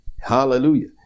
Hallelujah